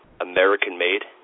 American-made